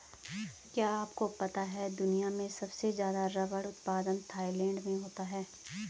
क्या आपको पता है दुनिया में सबसे ज़्यादा रबर उत्पादन थाईलैंड में होता है?